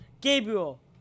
Gabriel